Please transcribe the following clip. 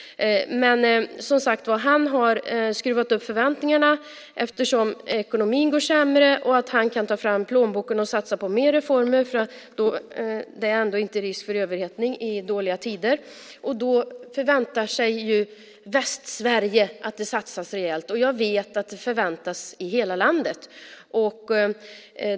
Men han har skruvat upp förväntningarna, eftersom ekonomin går sämre, och sagt att han kan ta fram plånboken och satsa på mer reformer eftersom det ändå inte är risk för överhettning i dåliga tider. Då förväntar sig Västsverige att det satsas rejält. Jag vet att det förväntas i hela landet.